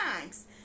times